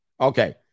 Okay